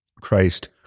Christ